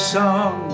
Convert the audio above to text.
song